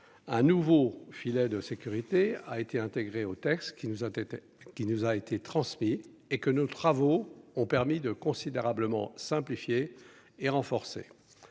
un nouveau filet de sécurité a été intégrée au texte qui nous a qui nous a été transmis et que nos travaux ont permis de considérablement simplifié et renforcé